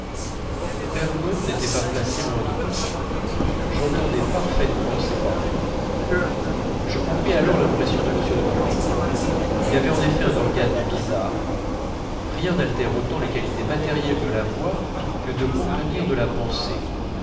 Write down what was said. bergotte n'était pas placé loin de moi j'entendais parfaitement ses paroles je compris alors l'impression de m de norpois il avait en effet un organe bizarre rien n'altère autant les qualités matérielles de la voix que de contenir de la pensée